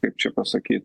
kaip čia pasakyt